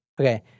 Okay